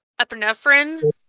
epinephrine